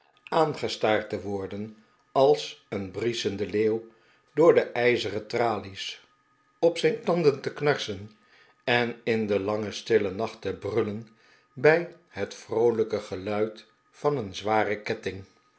aangestaard te worden als een brieschende ieeuw door de ijzeren tralies op zijn tanden te knarsen en in den langen stillen nacht te brullen bij het vroolijke geluid van een zwaren ketting